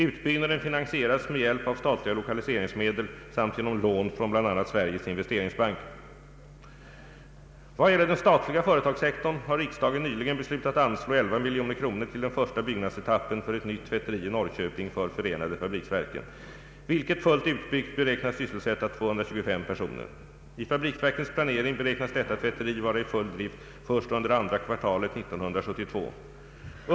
Utbyggnaden finansieras med hjälp av statliga lokaliseringsmedel samt genom lån från bl.a. Sveriges investeringsbank. Vad gäller den statliga företagssektorn har riksdagen nyligen beslutat anslå 11 miljoner kronor till den första byggnadsetappen för ett nytt tvätteri i Norrköping för förenade fabriksverken, vilket fullt utbyggt beräknas sysselsätta 225 personer. I fabriksverkens planering beräknas detta tvätteri vara i full drift först under andra kvartalet 1972.